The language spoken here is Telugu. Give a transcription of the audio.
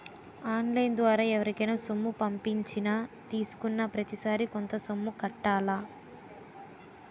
ఆన్ లైన్ ద్వారా ఎవరికైనా సొమ్ము పంపించినా తీసుకున్నాప్రతిసారి కొంత సొమ్ము కట్టాలి